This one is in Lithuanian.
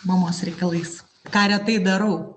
mamos reikalais ką retai darau